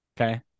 Okay